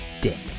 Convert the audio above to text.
Dick